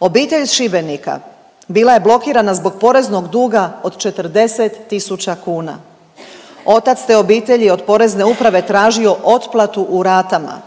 Obitelj iz Šibenika bila je blokirana zbog poreznog duga od 40.000 kuna, otac te obitelji od Porezne uprave tražio otplatu u ratama,